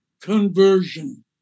conversion